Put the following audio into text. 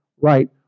right